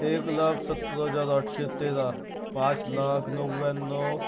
एक लाख सत्तर हजार आठशे तेरा पाच लाख नव्याण्णव